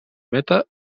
meta